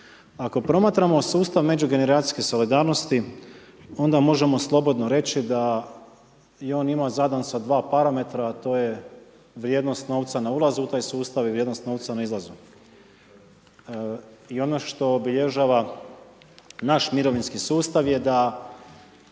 Ako promatramo sustav međugeneracijske solidarnosti onda možemo slobodno reći da je on njima zadan sa dva parametra a to je vrijednost novca na ulazu u taj sustav i vrijednost novca na izlazu. I ono što obilježava naš mirovinski sustav je da